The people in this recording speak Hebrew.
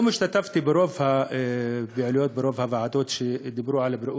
היום השתתפתי ברוב דיוני הוועדות בנושא בריאות.